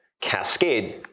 cascade